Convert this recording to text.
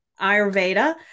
Ayurveda